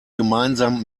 gemeinsam